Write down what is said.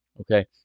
Okay